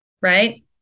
right